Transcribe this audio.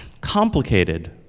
complicated